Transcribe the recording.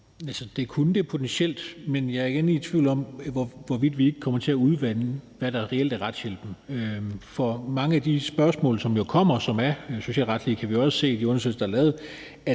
Det kunne det potentielt, men jeg er egentlig i tvivl om, hvorvidt vi ikke kommer til at udvande, hvad der reelt er retshjælp. For mange af de spørgsmål, som jo kommer, og som er socialretlige – kan vi også se af de undersøgelser, der er lavet